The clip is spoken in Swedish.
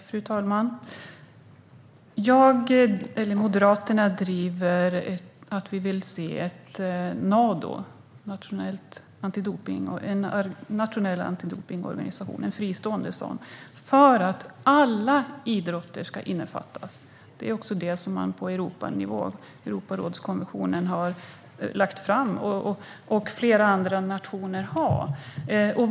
Fru talman! Moderaterna vill se en Nado, en fristående nationell antidopningsorganisation där alla idrotter ska innefattas. Det är också det som Europarådet har lagt fram och som flera nationer har.